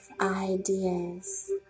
ideas